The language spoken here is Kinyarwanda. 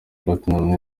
platnumz